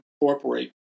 incorporate